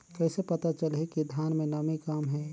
कइसे पता चलही कि धान मे नमी कम हे?